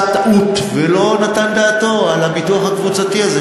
טעות ולא נתן דעתו על הביטוח הקבוצתי הזה,